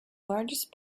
largest